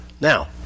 Now